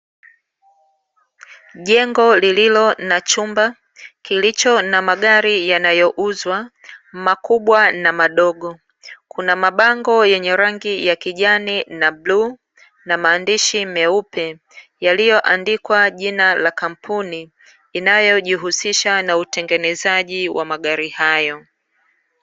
Jengo lililo na chumba kilicho na magari yanayouzwa makubwa na madogo, kuna mabango yenye rangi ya kijani na bluu na maandishi meupe yalioandikwa jina la kampuni inayo jihusisha na utengenezaji wa magari hayo.